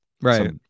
right